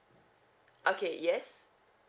okay yes